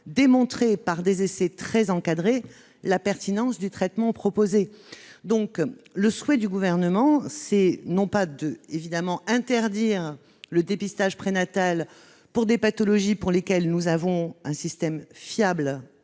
démontré, par des essais très encadrés, la pertinence du traitement proposé ! Le souhait du Gouvernement n'est pas d'interdire le dépistage prénatal des pathologies pour lesquelles nous avons un système fiable